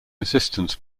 assistance